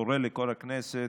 קורא לכל הכנסת,